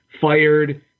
fired